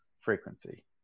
frequency